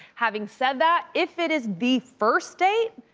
having said that, if it is the first date,